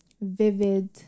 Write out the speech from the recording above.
vivid